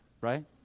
right